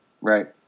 Right